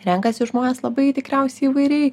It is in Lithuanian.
renkasi žmonės labai tikriausiai įvairiai